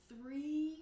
three